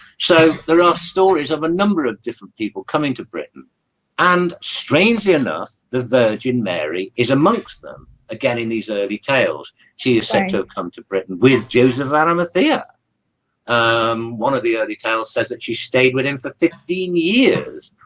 so there are stories of a number of different people coming to britain and strangely enough the virgin mary is amongst them again in these early tales she acento come to britain with joseph of arimathea um one of the early town says that she stayed with him for fifteen years